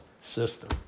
system